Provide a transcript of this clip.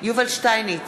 יובל שטייניץ,